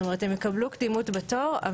זאת אומרת, הם יקבלו קדימות בתור.